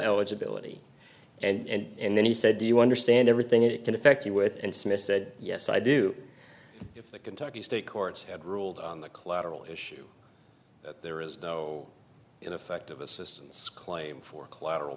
eligibility and then he said do you understand everything it can affect me with and smith said yes i do if the kentucky state courts had ruled on the collateral issue that there is no ineffective assistance claim for collateral